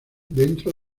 dentro